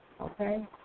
Okay